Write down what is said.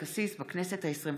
תנועת ש"ס בכנסת העשרים-ושלוש,